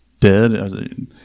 dead